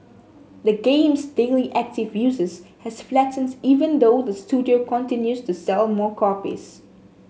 the game's daily active users has flattened even though the studio continues to sell more copies